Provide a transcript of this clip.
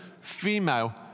female